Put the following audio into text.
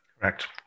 Correct